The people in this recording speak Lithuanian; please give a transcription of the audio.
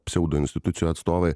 pseudoinstitucių atstovai